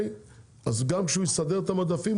אז גם כשהוא יסדר את המדפים,